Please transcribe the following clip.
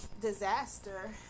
disaster